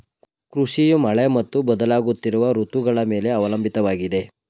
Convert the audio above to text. ಕೃಷಿಯು ಮಳೆ ಮತ್ತು ಬದಲಾಗುತ್ತಿರುವ ಋತುಗಳ ಮೇಲೆ ಅವಲಂಬಿತವಾಗಿದೆ